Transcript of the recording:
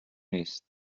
نیست